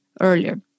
earlier